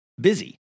busy